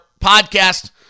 podcast